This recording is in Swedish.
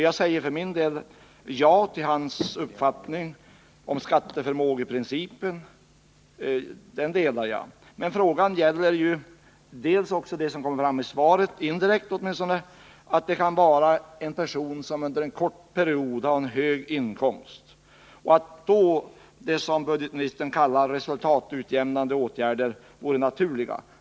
Jag delar budgetministerns uppfattning om skatteförmågeprincipen, men när det är fråga om en person som under en kort period har hög inkomst, då vore vad budgetministern kallar resultatutjämnande åtgärder naturliga.